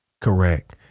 correct